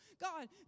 God